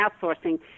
outsourcing